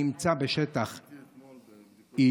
הנמצא בשטח A?